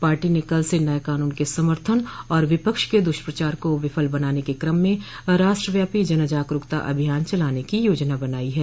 party ने कल से नये कानून के समर्थन और विपक्ष के दुष्प्रचार को विफल बनाने के क्रम में राष्ट्रव्यापी जन जागरूकता अभियान चलाने की योजना बनाई है